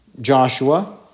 Joshua